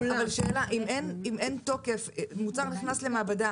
אבל השאלה היא אם אין תוקף מוצר נכנס למעבדה